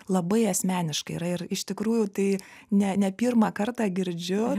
labai asmeniškai yra ir iš tikrųjų tai ne ne pirmą kartą girdžiu